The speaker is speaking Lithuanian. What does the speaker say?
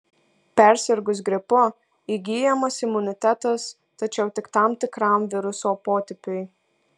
persirgus gripu įgyjamas imunitetas tačiau tik tam tikram viruso potipiui